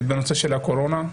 בנושא של הקורונה,